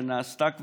שנעשתה כבר,